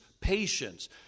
patience